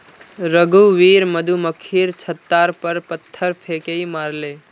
रघुवीर मधुमक्खीर छततार पर पत्थर फेकई मारले